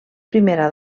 primera